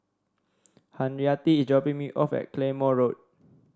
Henrietta is dropping me off at Claymore Road